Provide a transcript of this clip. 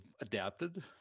adapted